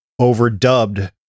overdubbed